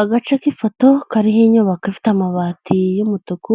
Agace k'ifoto kariho inyubako ifite amabati y'umutuku